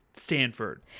stanford